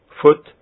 foot